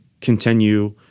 continue